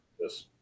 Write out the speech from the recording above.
Yes